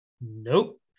Nope